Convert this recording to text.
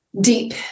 Deep